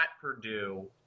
Purdue –